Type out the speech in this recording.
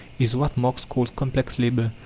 is what marx calls complex labour,